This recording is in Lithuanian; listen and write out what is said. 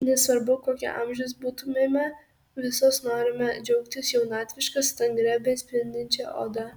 nesvarbu kokio amžiaus būtumėme visos norime džiaugtis jaunatviška stangria bei spindinčia oda